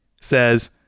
says